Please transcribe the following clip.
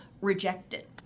rejected